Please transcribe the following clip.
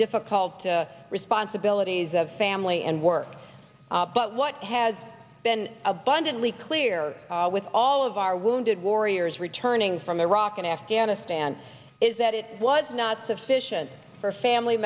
difficult to responsibilities of family and work but what has been abundantly clear with all of our wounded warriors returning from iraq and afghanistan is that it was not sufficient for family